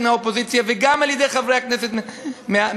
מהאופוזיציה וגם על-ידי חברי הכנסת החרדים.